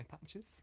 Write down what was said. patches